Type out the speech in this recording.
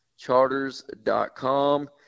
Charters.com